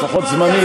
לפחות זמנית,